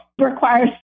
requires